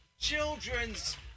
children's